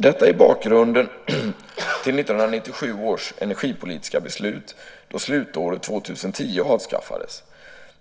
Detta är bakgrunden till 1997 års energipolitiska beslut då slutåret 2010 avskaffades.